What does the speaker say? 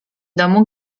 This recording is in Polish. domu